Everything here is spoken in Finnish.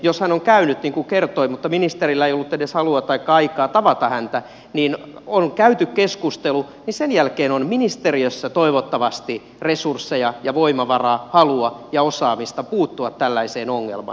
jos hän on käynyt niin kuin hän kertoi mutta ministerillä ei ollut edes halua taikka aikaa tavata häntä jos on käyty keskustelu niin sen jälkeen on ministeriössä toivottavasti resursseja ja voimavaraa halua ja osaamista puuttua tällaiseen ongelmaan